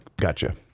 gotcha